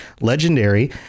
legendary